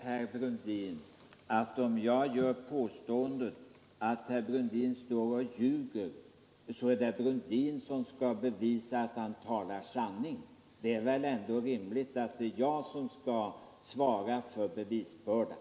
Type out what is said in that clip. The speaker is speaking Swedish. Herr talman! Om jag gör påståendet att herr Brundin står här och ljuger, skall herr Brundin då bevisa att han talar sanning? Menar herr Brundin så? Det är väl ändå rimligt att det är jag som skall bära bevisbördan.